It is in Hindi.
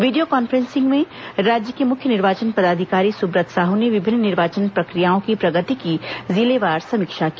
वीडियो कांफ्रेंसिंग में राज्य के मुख्य निर्वाचन पदाधिकारी सुब्रत साह ने विभिन्न निर्वाचन प्रक्रियाओं की प्रगति की जिलेवार समीक्षा की